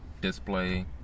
display